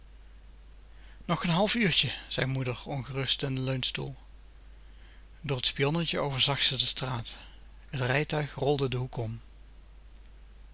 nog n half uurtje zei moeder ongerust in den leunstoel door het spionnetje overzag ze de straat het rijtuig rolde den hoek om